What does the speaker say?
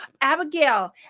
Abigail